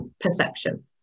perception